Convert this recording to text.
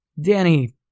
Danny